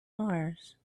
mars